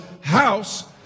house